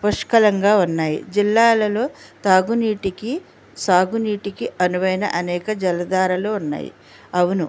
పుష్కలంగా ఉన్నాయి జిల్లాలలో తాగునీటికి సాగునీటికి అనువైన అనేక జలధారలు ఉన్నాయి అవును